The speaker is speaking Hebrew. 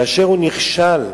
כאשר הוא נכשל,